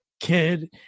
kid